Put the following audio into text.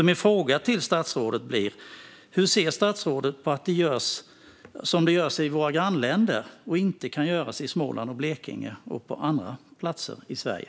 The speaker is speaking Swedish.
Min fråga till statsrådet blir: Hur ser statsrådet på att det görs som det görs i våra grannländer men inte kan göras så i Småland, i Blekinge och på andra platser i Sverige?